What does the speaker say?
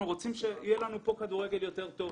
רוצים שיהיה לנו פה כדורגל יותר טוב,